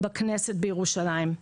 בכנסת בירושלים.